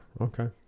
Okay